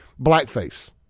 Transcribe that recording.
blackface